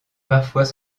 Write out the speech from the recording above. parfois